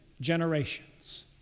generations